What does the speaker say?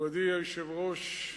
מכובדי היושב-ראש,